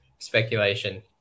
speculation